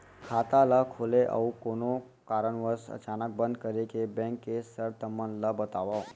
खाता ला खोले अऊ कोनो कारनवश अचानक बंद करे के, बैंक के शर्त मन ला बतावव